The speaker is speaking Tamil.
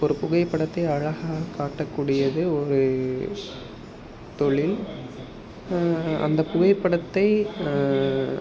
ஒரு புகைப்படைத்தை அழகாக காட்டக்கூடியது ஒரு தொழில் அந்த புகைப்படத்தை